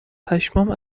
پشمام